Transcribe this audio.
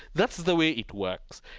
that's the way it works.